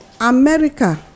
America